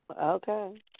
Okay